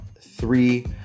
three